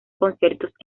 conciertos